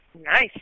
nice